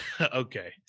Okay